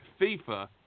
FIFA